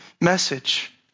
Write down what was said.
message